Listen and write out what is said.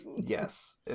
Yes